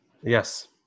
yes